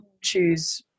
choose